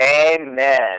Amen